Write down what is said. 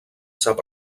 sap